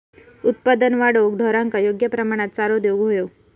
उत्पादन वाढवूक ढोरांका योग्य प्रमाणात चारो देऊक व्हयो